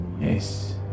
Yes